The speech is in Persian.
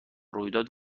رویداد